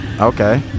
Okay